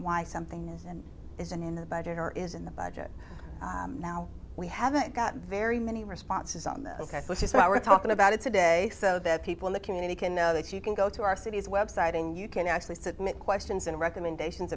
why something isn't in the budget here is in the budget now we haven't got very many responses on this which is why we're talking about it today so that people in the community can know that you can go to our city's website and you can actually submit questions and recommendations